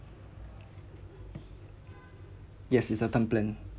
yes it's a term plan